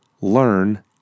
learn